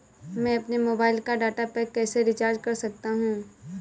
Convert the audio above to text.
मैं अपने मोबाइल का डाटा पैक कैसे रीचार्ज कर सकता हूँ?